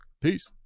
Peace